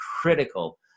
critical